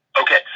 Okay